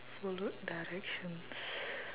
followed directions